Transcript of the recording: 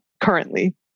currently